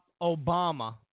Obama